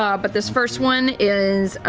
um but this first one is